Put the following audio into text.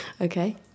Okay